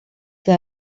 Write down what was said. que